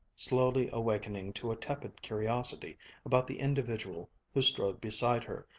slowly awakening to a tepid curiosity about the individual who strode beside her,